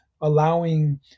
allowing